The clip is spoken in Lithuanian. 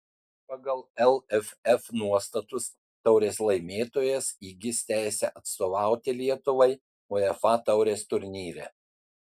pagal lff nuostatus taurės laimėtojas įgis teisę atstovauti lietuvai uefa taurės turnyre